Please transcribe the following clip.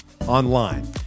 online